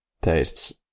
tastes